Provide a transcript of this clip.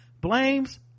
blames